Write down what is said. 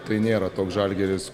tai nėra toks žalgiris